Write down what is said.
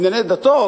לענייני דתות.